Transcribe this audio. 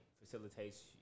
facilitates